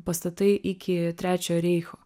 pastatai iki trečiojo reicho